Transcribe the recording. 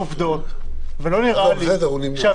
בסוף יש כאן עובדות ולא נראה לי שהממשלה